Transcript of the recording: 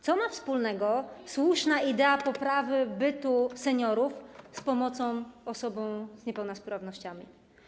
Co ma wspólnego słuszna idea poprawy bytu seniorów z pomocą osobom z niepełnosprawnościami?